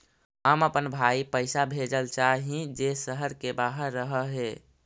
हम अपन भाई पैसा भेजल चाह हीं जे शहर के बाहर रह हे